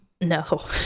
no